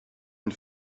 une